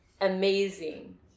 amazing